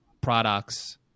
products